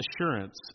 assurance